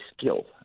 skill